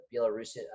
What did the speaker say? Belarus